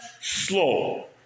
Slow